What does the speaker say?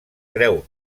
creu